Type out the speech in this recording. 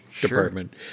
department